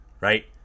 Right